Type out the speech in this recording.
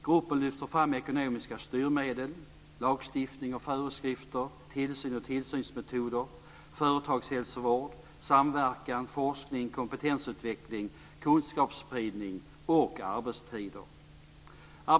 Gruppen lyfter fram ekonomiska styrmedel, lagstiftning och föreskrifter, tillsyn och tillsynsmetoder, företagshälsovård, samverkan, forskning kompetensutveckling kunskapsspridning samt arbetstider.